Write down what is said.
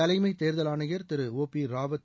தலைமை தேர்தல் ஆணையர் திரு ஒ பி ராவத்